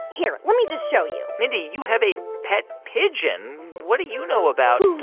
here, let me just show you mindy, you have a pet pigeon. what do you know about.